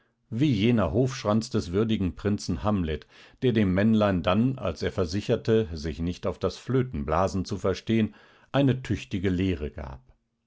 wie jener hofschranz den würdigen prinzen hamlet der dem männlein dann als er versicherte sich nicht auf das flötenblasen zu verstehen eine tüchtige lehre gab